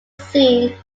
scene